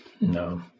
No